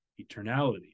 eternality